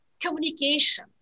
communication